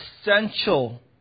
essential